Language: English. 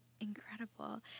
incredible